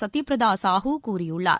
கத்ய பிரதா சாஹூ கூழியுள்ளார்